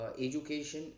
education